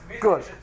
Good